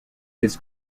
his